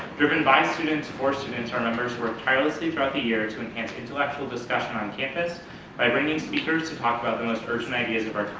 driven by students, for students, our members work tirelessly throughout the year to enhance intellectual discussion on campus by bringing speakers to talk about the most urgent ideas of our